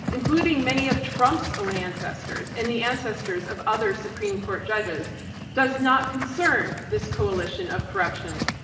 including many of trump's own ancestors and the ancestors of other supreme court judges does not concern this coalition of corruption.